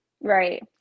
right